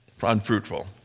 unfruitful